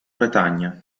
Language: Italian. bretagna